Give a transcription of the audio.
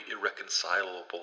irreconcilable